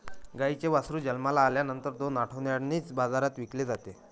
गाईचे वासरू जन्माला आल्यानंतर दोन आठवड्यांनीच बाजारात विकले जाते